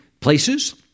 places